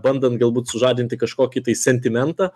bandant galbūt sužadinti kažkokį tai sentimentą